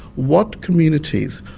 what communities,